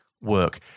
work